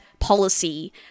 policy